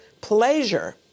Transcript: pleasure